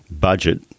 budget